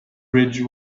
bridge